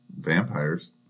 vampires